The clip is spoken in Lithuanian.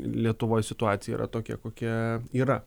lietuvoj situacija yra tokia kokia yra